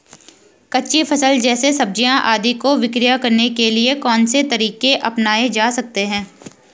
कच्ची फसल जैसे सब्जियाँ आदि को विक्रय करने के लिये कौन से तरीके अपनायें जा सकते हैं?